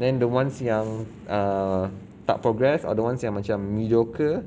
then the ones yang err tak progress are the ones yang macam mediocre